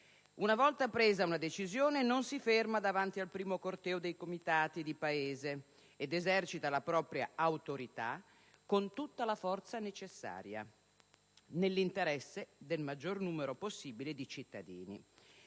Una volta presa una decisione, non si ferma davanti al primo corteo dei comitati di paese ed esercita la propria autorità con tutta la forza necessaria e nell'interesse del maggior numero possibile di cittadini.